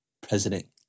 president